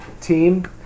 team